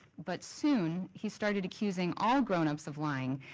but soon he started accusing all grownups of lying,